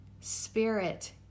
Spirit